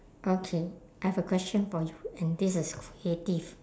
okay I have a question for you and this is creative